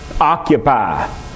Occupy